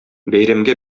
бәйрәмгә